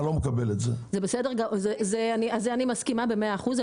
על זה אני מסכימה במאה אחוז.